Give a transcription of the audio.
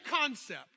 concept